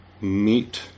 meet